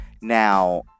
Now